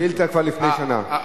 השאילתא כבר לפני שנה.